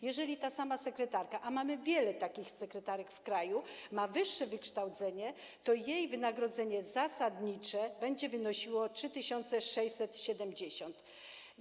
Jeżeli ta sama sekretarka, a mamy w kraju wiele takich sekretarek, ma wyższe wykształcenie, to jej wynagrodzenie zasadnicze będzie wynosiło 3670 zł.